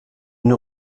une